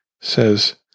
says